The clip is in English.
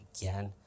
Again